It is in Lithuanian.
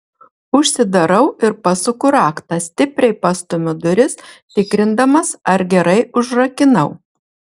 užsidarau ir pasuku raktą stipriai pastumiu duris tikrindamas ar gerai užrakinau